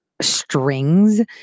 strings